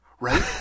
right